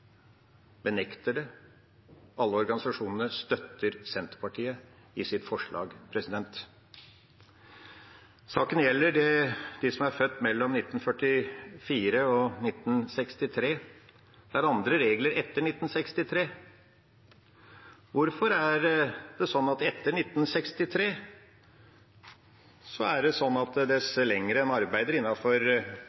benekter det. Alle organisasjonene støtter Senterpartiets forslag. Saken gjelder dem som er født mellom 1944 og 1963. Det er andre regler etter 1963. Hvorfor er det etter 1963 sånn at dess